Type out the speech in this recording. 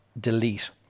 delete